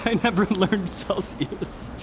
and never learned celsius.